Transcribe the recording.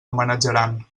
homenatjaran